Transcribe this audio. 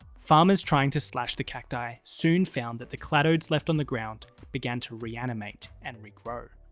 farmers trying to slash the cacti soon found that the cladodes left on the ground began to reanimate and regrow.